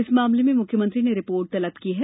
इस मामले में मुख्यमंत्री ने रिपोर्ट तलब की है